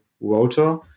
rotor